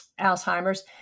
Alzheimer's